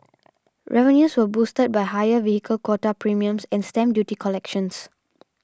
revenues were boosted by higher vehicle quota premiums and stamp duty collections